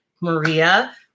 Maria